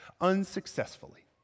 unsuccessfully